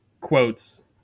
quotes